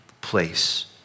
place